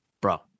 bro